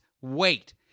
wait